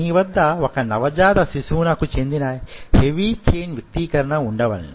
మీ వద్ద వొక నవ జాత శిశువునకు చెందే హెవీ ఛైన్ వ్యక్తీకరణ వుండవలెను